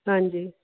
ਹਾਂਜੀ